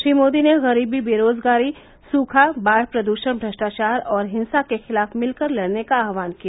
श्री मोदी ने गरीबी बेरोजगारी सूखा बाढ़ प्रदूषण भ्रष्टाचार और हिंसा के खिलाफ मिल कर लड़ने का आह्वान किया